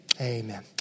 amen